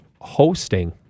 hosting